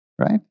right